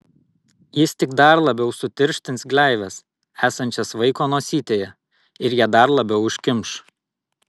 jis tik dar labiau sutirštins gleives esančias vaiko nosytėje ir ją dar labiau užkimš